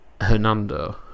Hernando